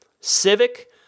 Civic